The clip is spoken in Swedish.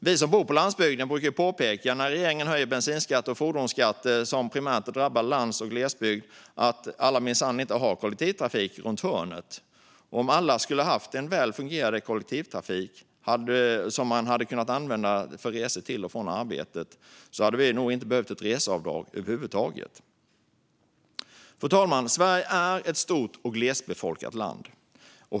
Vi som bor på landsbygden brukar, när regeringen höjer bensinskatter och fordonsskatter, vilket primärt drabbar lands och glesbygd, påpeka att alla minsann inte har kollektivtrafik runt hörnet. Om alla hade haft tillgång till väl fungerande kollektivtrafik som hade kunnat användas för resor till och från arbetet hade vi nog inte behövt ett reseavdrag över huvud taget. Fru talman! Sverige är ett stort och glesbefolkat land.